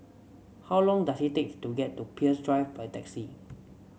how long does it take to get to Peirce Drive by taxi